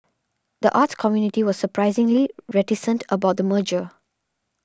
the arts community was surprisingly reticent about the merger